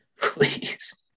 Please